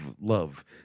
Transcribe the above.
love